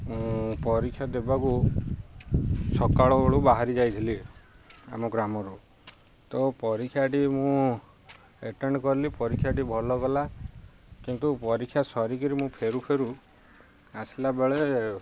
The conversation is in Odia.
ମୁଁ ପରୀକ୍ଷା ଦେବାକୁ ସକାଳ ବେଳୁ ବାହାରି ଯାଇଥିଲି ଆମ ଗ୍ରାମରୁ ତ ପରୀକ୍ଷାଟି ମୁଁ ଏଟେଣ୍ଡ୍ କଲି ପରୀକ୍ଷାଟି ଭଲ ଗଲା କିନ୍ତୁ ପରୀକ୍ଷା ସରିକିରି ମୁଁ ଫେରୁ ଫେରୁ ଆସିଲା ବେଳେ